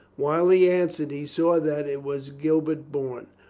while he answered he saw that it was gilbert bourne.